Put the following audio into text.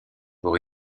pour